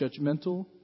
judgmental